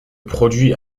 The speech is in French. produit